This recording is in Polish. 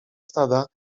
stada